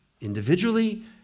individually